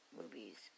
movies